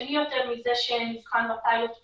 חדשני יותר מזה שנבחן בפיילוט בזמנו.